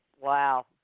Wow